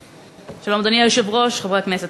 שלום, אדוני היושב-ראש, חברי הכנסת,